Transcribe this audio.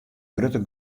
grutte